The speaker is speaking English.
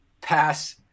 pass